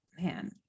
man